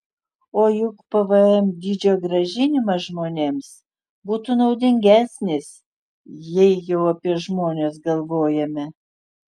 o juk pvm dydžio grąžinimas žmonėms būtų naudingesnis jei jau apie žmones galvojame